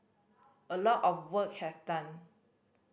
a lot of work has done